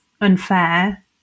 unfair